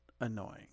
annoying